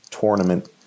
tournament